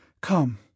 Come